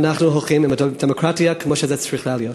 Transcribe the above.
ואנחנו הולכים עם הדמוקרטיה כמו שהיא צריכה להיות.